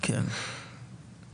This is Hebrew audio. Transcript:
להיטיב